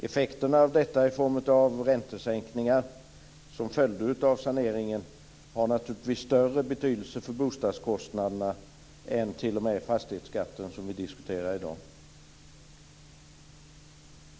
Effekterna av detta, i form av räntesänkningar som följde av saneringen, har naturligtvis större betydelse för bostadskostnaderna än t.o.m. fastighetsskatten, som vi diskuterar i dag.